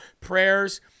Prayers